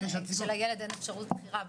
כשילד אין אפשרות בחירה בעצם.